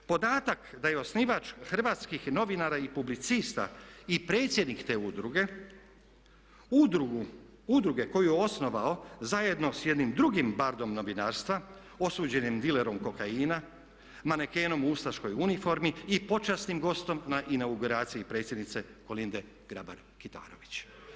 Podatak da je osnivač Hrvatskih novinara i publicista i predsjednik te udruge, udruge koju je osnovao zajedno sa jednim drugim bardom novinarstva osuđenim dilerom kokaina, manekenom u ustaškoj uniformi i počasnim gostom na inauguraciji predsjednice Kolinde Grabar Kitarović.